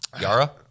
Yara